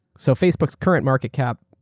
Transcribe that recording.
so facebook's current market cap,